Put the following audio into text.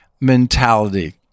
mentality